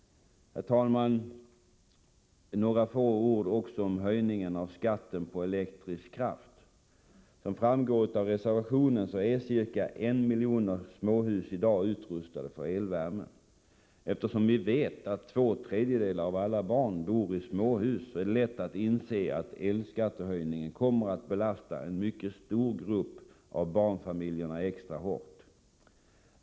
Herr talman! Några få ord också om höjningen av skatten på elektrisk kraft: Som framgår av reservationen är ca 1 miljon småhus i dag utrustade för elvärme. Eftersom vi vet att två tredjedelar av alla barn bor i småhus, är det lätt att inse att elskattehöjningen kommer att belasta en mycket stor grupp av barnfamiljerna extra hårt.